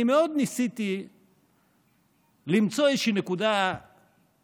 אני מאוד ניסיתי למצוא איזושהי נקודה ספציפית,